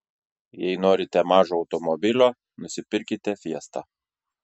jei norite mažo automobilio nusipirkite fiesta